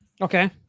Okay